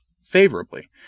favorably